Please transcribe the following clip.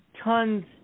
tons